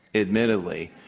admittedly,